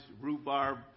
rhubarb